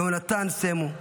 יהונתן סמו,